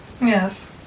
Yes